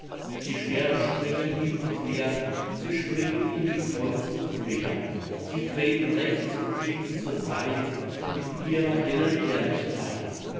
die sterne springen hin und her sie springen in die kreuz und quer sie treten rechts und links zur seit in ihrer hellen herrlichkeit